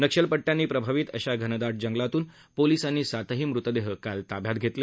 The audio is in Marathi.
नक्षल पट्ट्यांनी प्रभावीत अशा घनदाट जंगलातून पोलिसांनी सातही मृतदेह काल ताब्यात घेतले